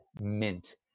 mint